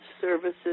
services